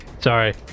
Sorry